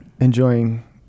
enjoying